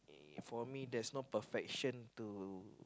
for me there's no perfection to